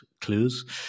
Clues